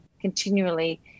continually